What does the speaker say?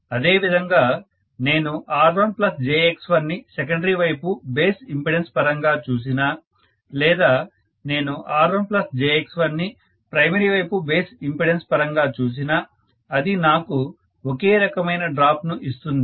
అదేవిధంగా నేను R1jX1 ని సెకండరీ వైపు బేస్ ఇంపెడెన్స్ పరంగా చూసినా లేదా నేను R1jX1 ని ప్రైమరీ వైపు బేస్ ఇంపెడెన్స్ పరంగా చూసినా అది నాకు ఒకే రకమైన డ్రాప్ ను ఇస్తుంది